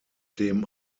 dem